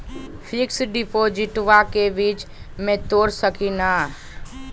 Fix डिपोजिटबा के बीच में तोड़ सकी ना?